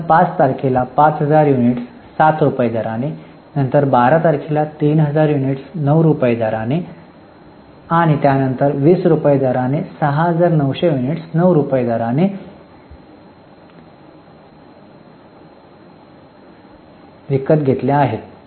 आपण 5 तारखेला 5000 युनिट्स 7 रुपये दराने नंतर 12 तारखेला 3000 युनिट्स 9 रुपये दराने आणि त्यानंतर 20 रुपये दराने 6900 युनिट्स 9 रुपये दराने विकत घेतल्या आहेत